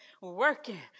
working